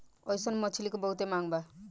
अइसन मछली के बहुते मांग बा